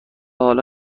حالا